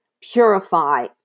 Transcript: Purify